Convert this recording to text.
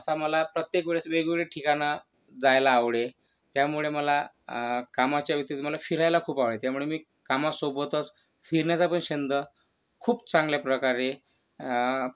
असा मला प्रत्येक वेळेस वेगवेगळे ठिकाणं जायला आवडे त्यामुळे मला कामाच्या व्यतिरिक्त मला फिरायला खूप आवडायचे त्यामुळे मी कामासोबतच फिरण्याचा पण छंद खूप चांगल्या प्रकारे